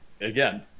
again